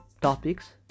topics